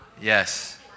Yes